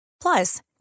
Plus